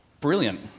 Brilliant